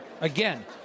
Again